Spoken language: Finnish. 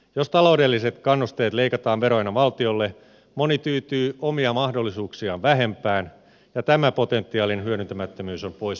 jos taloudelliset kannusteet leikataan veroina valtiolle moni tyytyy omia mahdollisuuksiaan vähempään ja tämä potentiaalin hyödyntämättömyys on pois meiltä kaikilta